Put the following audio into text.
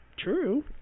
True